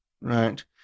right